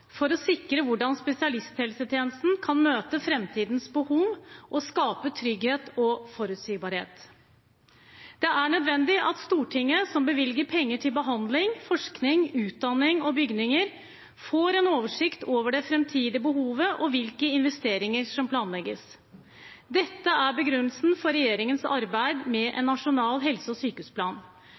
for å sikre hvordan spesialisthelsetjenesten kan møte framtidens behov og skape trygghet og forutsigbarhet. Det er nødvendig at Stortinget, som bevilger penger til behandling, forskning, utdanning og bygninger, får en oversikt over det framtidige behovet og hvilke investeringer som planlegges. Dette er begrunnelsen for regjeringens arbeid med en nasjonal helse- og sykehusplan.